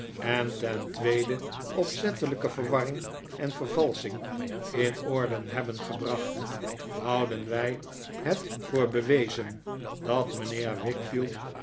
en ten tweede opzettelijke verwarring en vervalsching in orde hebben gebracht houden wij het voor bewezen dat mijnheer